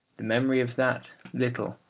the memory of that little,